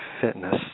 fitness